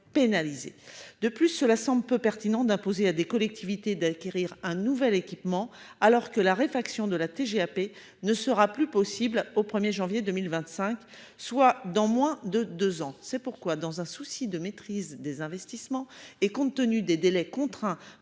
De plus, cela semble peu pertinent d'imposer à des collectivités d'acquérir un nouvel équipement, alors que la réfaction de la TGAP ne sera plus possible au 1er janvier 2025, soit dans moins de 2 ans. C'est pourquoi, dans un souci de maîtrise des investissements et compte tenu des délais contraints,